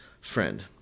Friend